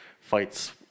fights